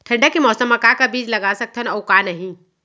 ठंडा के मौसम मा का का बीज लगा सकत हन अऊ का नही?